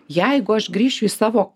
jeigu aš grįšiu į savo